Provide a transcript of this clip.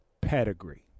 pedigree